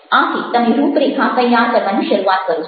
આથી તમે રૂપરેખા તૈયાર કરવાની શરૂઆત કરો છો